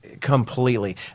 completely